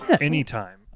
anytime